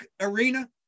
arena